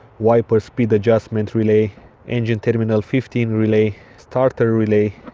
whiper speed adjustment relay engine terminal fifteen relay starter relay,